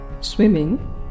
swimming